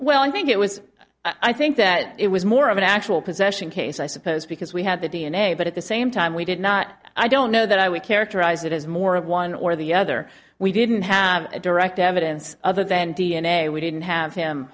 well i think it was i think that it was more of an actual possession case i suppose because we had the d n a but at the same time we did not i don't know that i would characterize it as more of one or the other we didn't have a direct evidence other than d n a we didn't have him